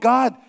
God